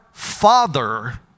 father